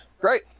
great